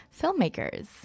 filmmakers